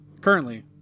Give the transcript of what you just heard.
currently